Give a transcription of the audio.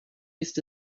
ist